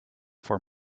for